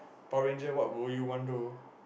Power Ranger what movie you want do